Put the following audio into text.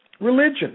religion